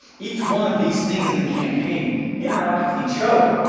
each one of these things in the campaign interact with each other,